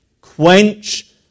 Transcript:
quench